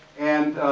and